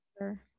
sure